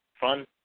Fun